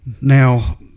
Now